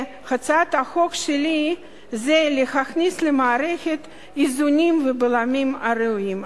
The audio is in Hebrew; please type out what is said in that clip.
והצעת החוק שלי באה להכניס למערכת איזונים ובלמים ראויים.